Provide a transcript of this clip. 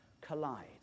collide